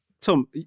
tom